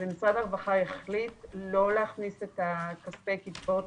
משרד הרווחה החליט לא להכניס את כספי קצבאות